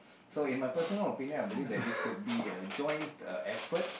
so in my personal opinion I believe that this could be a joint effort